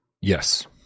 Yes